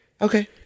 Okay